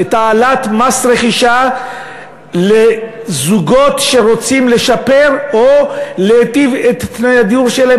להעלאת מס רכישה לזוגות שרוצים לשפר או להיטיב את תנאי הדיור שלהם,